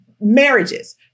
marriages